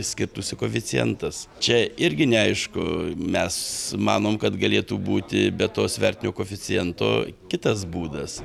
skirtųsi koeficientas čia irgi neaišku mes manom kad galėtų būti be to svertinio koeficiento kitas būdas